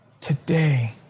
Today